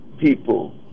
people